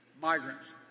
migrants